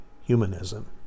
humanism